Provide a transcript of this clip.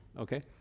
okay